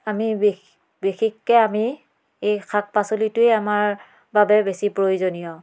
আমি বেশ বিশেষকৈ আমি এই শাক পাচলিটোৱেই আমাৰ বাবে বেছি প্ৰয়োজনীয়